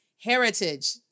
heritage